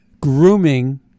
grooming